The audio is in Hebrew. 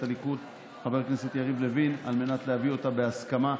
הליכוד חבר הכנסת יריב לוין כדי להביא אותה בהסכמה,